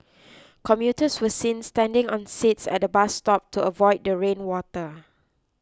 commuters were seen standing on seats at bus stop to avoid the rain water